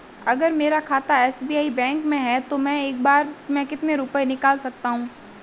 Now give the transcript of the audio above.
अगर मेरा खाता एस.बी.आई बैंक में है तो मैं एक बार में कितने रुपए निकाल सकता हूँ?